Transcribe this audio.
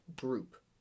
group